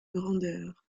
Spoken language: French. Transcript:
grandeur